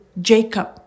Jacob